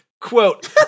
Quote